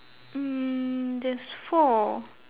mm there's four